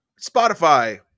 Spotify